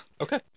Okay